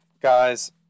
Guys